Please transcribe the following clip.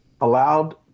allowed